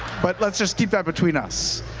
but let's just keep that between us.